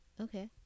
Okay